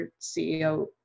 CEO